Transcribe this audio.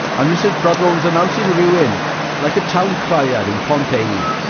and mrs. prothero was announcing ruin like a town crier in pompeii.